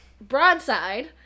broadside